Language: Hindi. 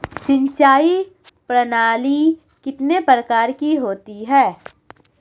सिंचाई प्रणाली कितने प्रकार की होती है?